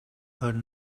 heard